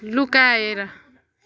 लुकाएर